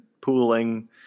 pooling